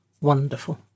Wonderful